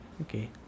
Okay